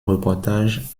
reportages